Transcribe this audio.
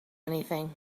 anything